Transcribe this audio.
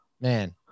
Man